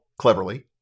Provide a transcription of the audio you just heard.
cleverly